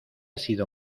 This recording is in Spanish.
sido